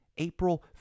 april